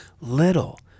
little